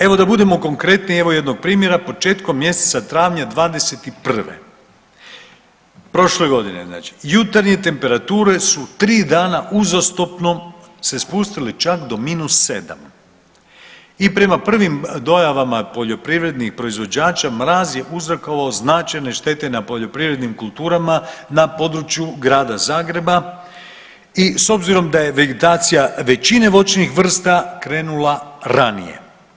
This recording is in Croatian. Evo da budemo konkretni evo jednog primjera, početkom mjeseca travnja '21., prošle godine znači, jutarnje temperature su tri dana uzastopno se spustile čak do -7 i prema prvim dojavama poljoprivrednih proizvođača mraz je uzrokovao značajne štete na poljoprivrednim kulturama na području Grada Zagreba i s obzirom da je vegetacija većine voćnih vrsta krenula ranije.